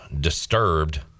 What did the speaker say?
Disturbed